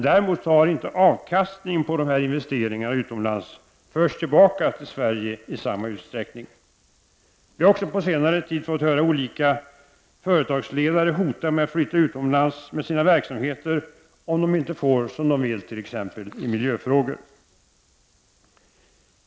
Däremot har inte avkastningen på dessa investeringar utomlands förts tillbaka till Sverige i samma utsträckning. Vi har också på senare tid fått höra olika företagsledare hota med att flytta utomlands med sina verksamheter om de inte får som de vill i t.ex. miljöfrågor.